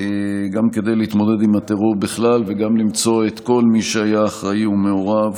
גם כדי להתמודד עם הטרור בכלל וגם למצוא את כל מי שהיה אחראי ומעורב